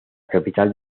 capital